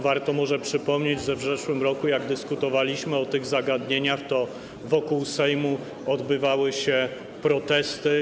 Warto może przypomnieć, że w zeszłym roku, gdy dyskutowaliśmy o tych zagadnieniach, to wokół Sejmu odbywały się protesty.